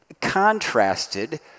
contrasted